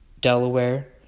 Delaware